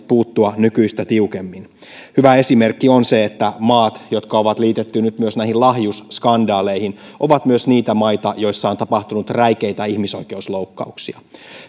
puuttua nykyistä tiukemmin hyvä esimerkki on se että maat jotka on liitetty nyt myös näihin lahjusskandaaleihin ovat myös niitä maita joissa on tapahtunut räikeitä ihmisoikeusloukkauksia